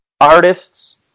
artists